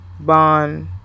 bond